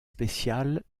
spécial